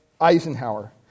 Eisenhower